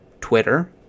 Twitter